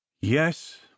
Yes